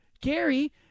Gary